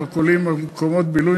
מרכולים ומקומות בילוי,